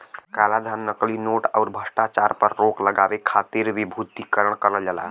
कालाधन, नकली नोट, आउर भ्रष्टाचार पर रोक लगावे खातिर विमुद्रीकरण करल जाला